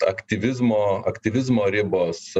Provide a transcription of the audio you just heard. aktyvizmo aktyvizmo ribos